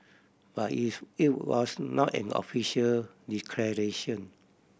but it's it was not an official declaration